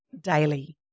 daily